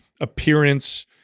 appearance